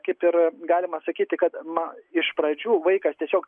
kaip ir galima sakyti kada man iš pradžių vaikas tiesiog